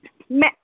مےٚ